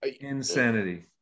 Insanity